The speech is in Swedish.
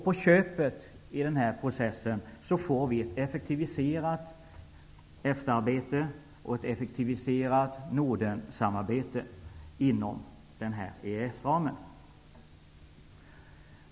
På köpet får vi ett effektiviserat EFTA-arbete och Nordensamarbete inom EES-ramen.